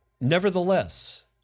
Nevertheless